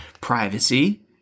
privacy